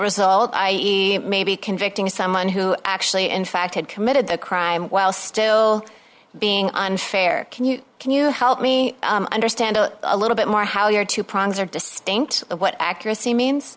result i may be convicting someone who actually in fact had committed the crime while still being unfair can you can you help me understand a little bit more how your two prongs are distinct what accuracy means